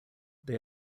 they